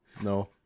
No